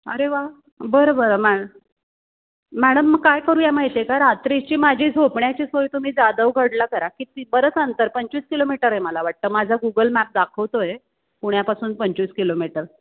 अरे वा बरं बरं मॅ मॅडम मग काय करूया माहिती आहे का रात्रीची माझी झोपण्याची सोय तुम्ही जाधव गडला करा किती बरंच अंतर पंचवीस किलोमीटर आहे मला वाटतं माझा गुगल मॅप दाखवतो आहे पुण्यापासून पंचवीस किलोमीटर